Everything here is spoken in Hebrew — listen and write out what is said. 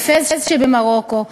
בפס שבמרוקו,